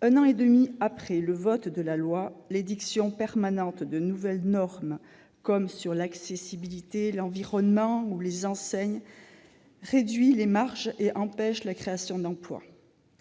Un an et demi après le vote de la loi, l'édiction permanente de nouvelles normes, notamment sur l'accessibilité, l'environnement ou les enseignes, réduit les marges et empêche la création d'emplois.